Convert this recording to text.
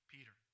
Peter